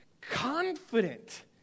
Confident